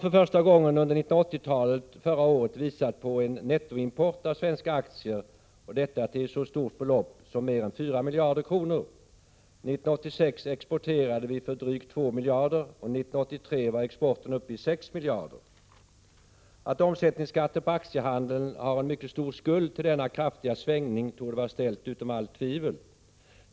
För första gången på 1980-talet har nu förra året redovisats en nettoimport av svenska aktier, och detta till ett så stort belopp som mer än 4 miljarder. År 1986 exporterade vi för drygt 2 miljarder och 1983 för ungefär 6 miljarder. Att omsättningsskatten på aktiehandeln har en mycket stor skuld till denna kraftiga svängning torde vara ställt utom allt tvivel.